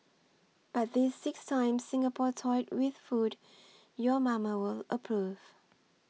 but these six times Singapore toyed with food your mama will approve